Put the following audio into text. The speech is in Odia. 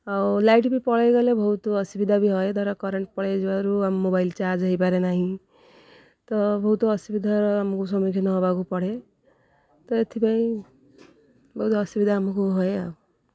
ଆଉ ଲାଇଟ୍ ବି ପଳାଇଗଲେ ବହୁତ ଅସୁବିଧା ବି ହୁଏ ଧର କରେଣ୍ଟ୍ ପଳାଇଯିବାରୁ ଆମ ମୋବାଇଲ୍ ଚାର୍ଜ୍ ହୋଇପାରେ ନାହିଁ ତ ବହୁତ ଅସୁବିଧାର ଆମକୁ ସମ୍ମୁଖୀନ ହେବାକୁ ପଡ଼େ ତ ଏଥିପାଇଁ ବହୁତ ଅସୁବିଧା ଆମକୁ ହୁଏ ଆଉ